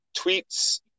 tweets